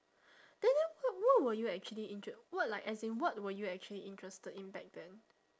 then then what what were you actually inter~ what like as in what were you actually interested in back then